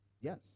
Yes